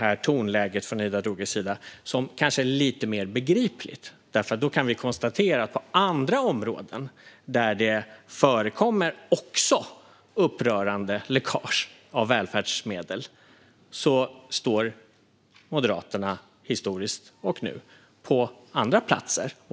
Gör man det framstår det ju som kanske lite mer begripligt att Ida Drougge tar till dessa överord och detta tonläge, för när det gäller andra områden där det också finns ett upprörande läckage av välfärdsmedel kan vi konstatera att Moderaterna står på andra platser, historiskt och nu.